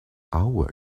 hour